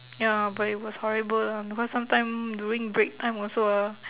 ya but it was horrible lah because sometime during break time also ah